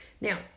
Now